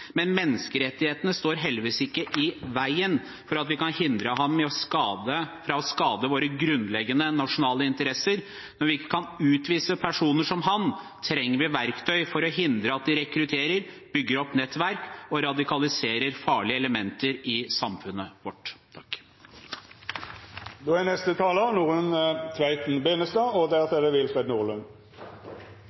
men menneskerettighetene står heldigvis ikke i veien for at vi kan hindre ham fra å skade våre grunnleggende nasjonale interesser. Når vi ikke kan utvise personer som ham, trenger vi verktøy for å hindre at de rekrutterer, bygger opp nettverk og radikaliserer farlige elementer i samfunnet vårt.